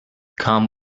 come